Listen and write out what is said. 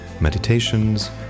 meditations